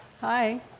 Hi